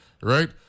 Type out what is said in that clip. right